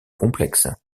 complexes